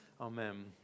Amen